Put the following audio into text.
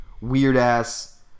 weird-ass